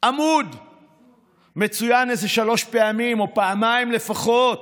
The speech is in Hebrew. עמוד מצוין איזה שלוש פעמים או פעמיים לפחות: